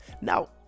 Now